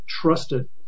trusted